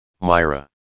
Myra